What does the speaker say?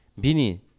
bini